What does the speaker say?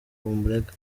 bumurega